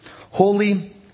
Holy